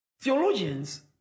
theologians